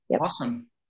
Awesome